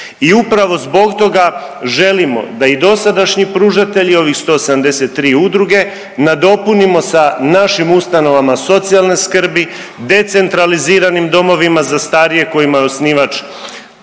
i upravo zbog toga želimo da i dosadašnji pružatelji ovih 173 udruge nadopunimo sa našim ustanovama socijalne skrbi, decentraliziranim domovima za starije kojima je osnivač